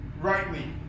rightly